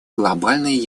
глобальной